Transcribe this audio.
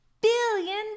billion